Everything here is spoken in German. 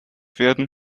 werden